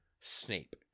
Snape